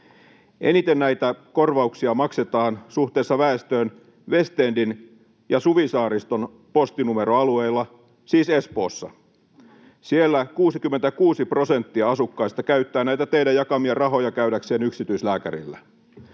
Eniten näitä korvauksia maksetaan suhteessa väestöön Westendin ja Suvisaariston postinumeroalueilla, siis Espoossa. Siellä 66 prosenttia asukkaista käyttää näitä teidän jakamianne rahoja käydäkseen yksityislääkärillä.